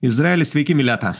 izraelį sveiki mileta